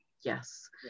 Yes